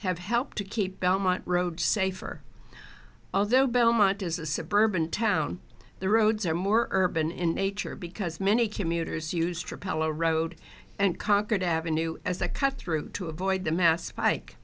have helped to keep belmont road safer although belmont is a suburban town the roads are more urban in nature because many commuters used propellor road and conquered ave as a cut through to avoid the mass pike